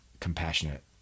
compassionate